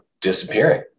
disappearing